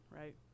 right